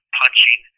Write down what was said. punching